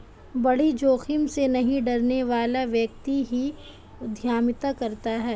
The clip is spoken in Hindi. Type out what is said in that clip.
बड़ी जोखिम से नहीं डरने वाला व्यक्ति ही उद्यमिता करता है